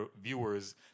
viewers